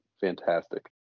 Fantastic